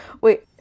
Wait